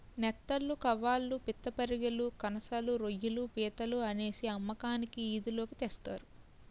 నెత్తళ్లు కవాళ్ళు పిత్తపరిగెలు కనసలు రోయ్యిలు పీతలు అనేసి అమ్మకానికి ఈది లోకి తెస్తారు